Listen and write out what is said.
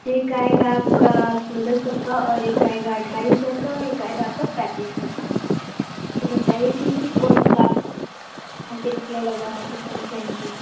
एक आएगा आपका सोलह सो का और एक आएगा ढाई हजार का और एक आएगा आपका पैंतीस सौ का तो बताइए इसमें से कोन सा आप डिस्प्ले लगवाना पसंद करेंगी